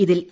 ഇതിൽ എ